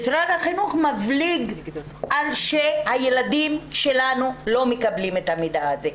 משרד החינוך מבליג על כך שהילדים שלנו לא מקבלים את המידע הזה.